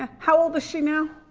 ah how old is she now?